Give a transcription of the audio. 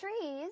trees